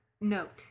note